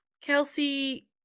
Kelsey